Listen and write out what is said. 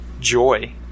joy